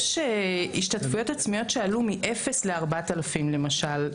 יש השתתפויות עצמיות שעלו מאפס ל-4,000 למשל.